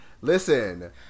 Listen